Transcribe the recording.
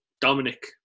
Dominic